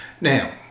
Now